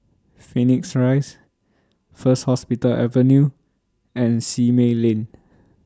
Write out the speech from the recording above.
Phoenix Rise First Hospital Avenue and Simei Lane